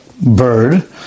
bird